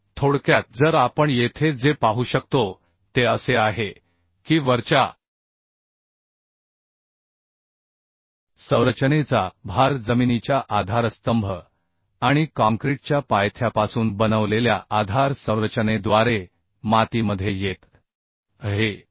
तर थोडक्यात जर आपण येथे जे पाहू शकतो ते असे आहे की वरच्या संरचनेचा भार जमिनीच्या आधारस्तंभ आणि काँक्रीटच्या पायथ्यापासून बनवलेल्या आधार संरचनेद्वारे मातीमध्ये येत आहे